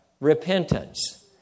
repentance